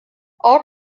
all